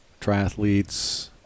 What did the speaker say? triathletes